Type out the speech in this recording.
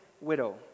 widow